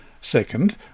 Second